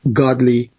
godly